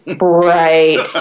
Right